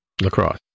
Lacrosse